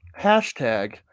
hashtag